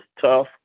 tough